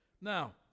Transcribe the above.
Now